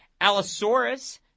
Allosaurus